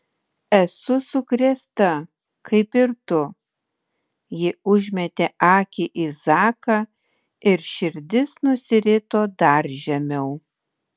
esu sukrėsta kaip ir tu ji užmetė akį į zaką ir širdis nusirito dar žemiau